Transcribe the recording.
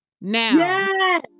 now